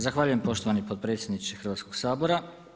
Zahvaljujem poštovani potpredsjedniče Hrvatskoga sabora.